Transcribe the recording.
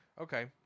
Okay